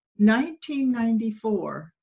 1994